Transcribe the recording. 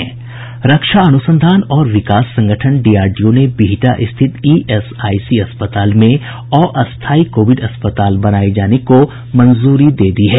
रक्षा अनुसंधान और विकास संगठन डीआरडीओ ने बिहटा स्थित ईएसआईसी अस्तपाल में अस्थायी कोविड अस्पताल बनाये जाने को मंजूरी दे दी है